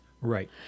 Right